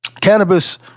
Cannabis